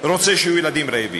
רוצה שיהיו ילדים רעבים,